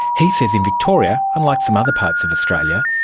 he says in victoria, unlike some other parts of australia,